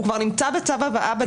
הוא נמצא כבר בצו הבאה.